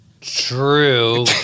true